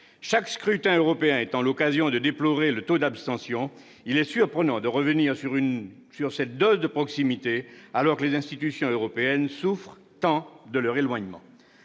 Chaque scrutin européen étant l'occasion de déplorer le taux d'abstention, il est surprenant de revenir sur cette dose de proximité, alors que les institutions européennes souffrent tant de leur éloignement.